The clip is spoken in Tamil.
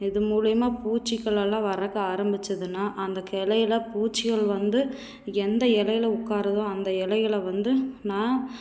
இது மூலியமாக பூச்சிகளெல்லாம் வர்றக்கு ஆரம்பிச்சுதுன்னா அந்த கிளையில பூச்சிகள் வந்து எந்த இலையில உட்காருதோ அந்த இலைகள வந்து நான்